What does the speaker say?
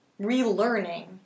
relearning